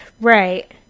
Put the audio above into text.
Right